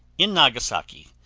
in nagasaki,